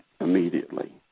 immediately